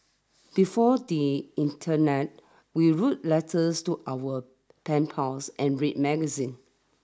before the internet we wrote letters to our pen pals and read magazines